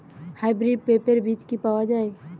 Hybrid পেঁপের বীজ কি পাওয়া যায়?